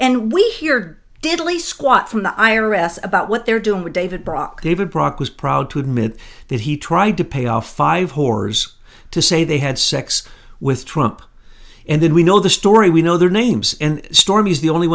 and we hear diddly squat from the i r s about what they're doing with david brock david brock was proud to admit that he tried to pay off five whores to say they had sex with trump and then we know the story we know their names and